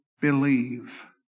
Believe